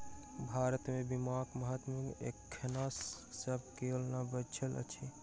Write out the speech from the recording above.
भारत मे बीमाक महत्व एखनो सब कियो नै बुझैत अछि